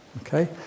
Okay